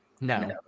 No